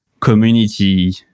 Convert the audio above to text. community